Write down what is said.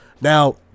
Now